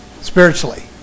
spiritually